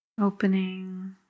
opening